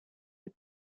est